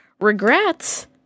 regrets